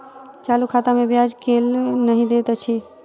चालू खाता मे ब्याज केल नहि दैत अछि